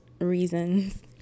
reasons